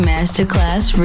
Masterclass